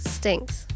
stinks